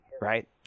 right